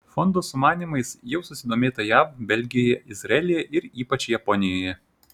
fondo sumanymais jau susidomėta jav belgijoje izraelyje ir ypač japonijoje